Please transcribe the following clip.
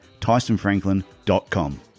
TysonFranklin.com